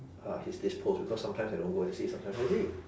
uh his this post because sometimes I don't go and see sometimes I see